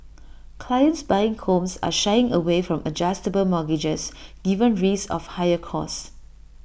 clients buying homes are shying away from adjustable mortgages given risks of higher costs